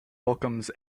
welcomes